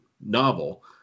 novel